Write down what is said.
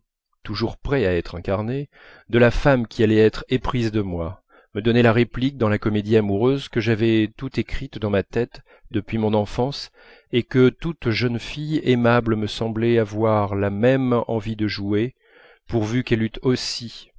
toujours prêt à être incarné de la femme qui allait être éprise de moi me donner la réplique dans la comédie amoureuse que j'avais tout écrite dans ma tête depuis mon enfance et que toute jeune fille aimable me semblait avoir la même envie de jouer pourvu qu'elle eût aussi